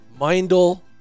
Mindel